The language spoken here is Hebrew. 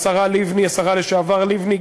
השרה לשעבר לבני,